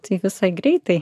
tai visai greitai